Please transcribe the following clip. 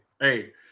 Hey